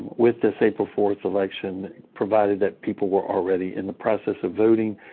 with this april fourth election, provided that people were already in the process of voting.